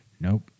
nope